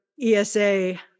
ESA